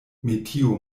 metio